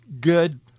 good